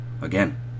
Again